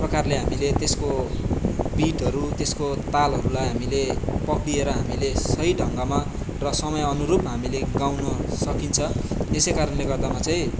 प्रकारले हामीले त्यसको बिटहरू त्यसको तालहरूलाई हामीले पक्रिएर हामीले सही ढङ्गमा र समय अनुरूप हामीले गाउन सकिन्छ यसै कारणले गर्दामा चाहिँ